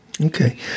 Okay